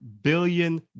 billion